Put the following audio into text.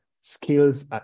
skills